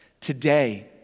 today